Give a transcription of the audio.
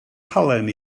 halen